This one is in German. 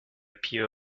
peer